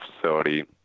facility